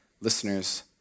listeners